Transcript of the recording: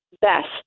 best